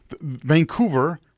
Vancouver